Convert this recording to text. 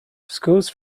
schools